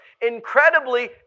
incredibly